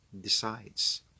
decides